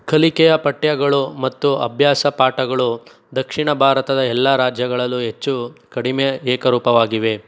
ಕಲಿಕೆಯ ಪಠ್ಯಗಳು ಮತ್ತು ಅಭ್ಯಾಸ ಪಾಠಗಳು ದಕ್ಷಿಣ ಭಾರತದ ಎಲ್ಲ ರಾಜ್ಯಗಳಲ್ಲು ಹೆಚ್ಚು ಕಡಿಮೆ ಏಕರೂಪವಾಗಿವೆ